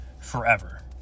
forever